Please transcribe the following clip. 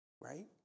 Right